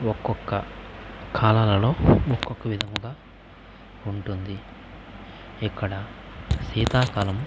ఒక్కొక్క కాలాలలో ఒక్కొక్క విధముగా ఉంటుంది ఇక్కడ శీతాకాలం